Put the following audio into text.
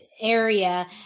area